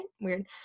Weird